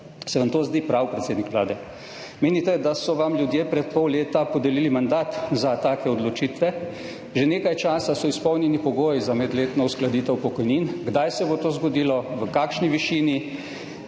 Se vam to zdi prav, predsednik Vlade? Menite, da so vam ljudje pred pol leta podelili mandat za take odločitve? Že nekaj časa so izpolnjeni pogoji za medletno uskladitev pokojnin. Kdaj se bo to zgodilo, v kakšni višini